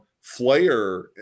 Flair